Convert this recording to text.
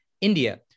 India